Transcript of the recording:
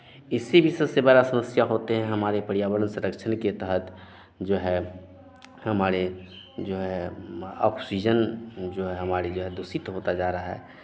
इससे भी सबसे बड़ा समस्या होते हैं हमारे पर्यावरण संरक्षण के तहत जो है हमारे जो है ऑक्सीजन जो है हमारे जो है दुषित होता जा रहा है